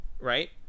right